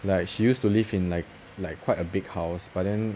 like she used to live in like like quite a big house but then